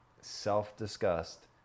Self-disgust